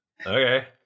Okay